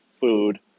food